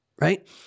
Right